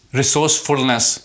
resourcefulness